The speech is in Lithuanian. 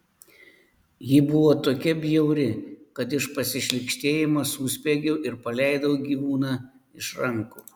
ji buvo tokia bjauri kad iš pasišlykštėjimo suspiegiau ir paleidau gyvūną iš rankų